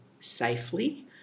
safely